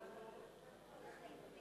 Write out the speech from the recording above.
טוב מאוד.